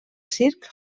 circ